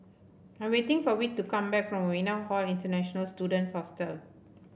I'm waiting for Whit to come back from Novena Hall International Students Hostel